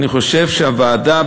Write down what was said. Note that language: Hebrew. אני חושב שהוועדה,